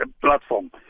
platform